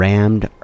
Rammed